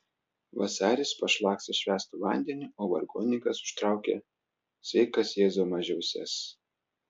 vasaris pašlakstė švęstu vandeniu o vargonininkas užtraukė sveikas jėzau mažiausias